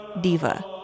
diva